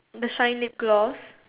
the shiny clause